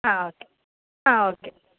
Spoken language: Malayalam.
ആ ഓക്കെ ആ ഓക്കെ